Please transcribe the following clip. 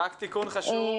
רק תיקון חשוב.